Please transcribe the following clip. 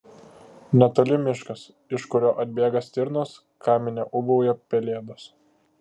netoli miškas iš kurio atbėga stirnos kamine ūbauja pelėdos